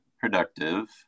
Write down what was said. productive